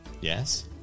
Yes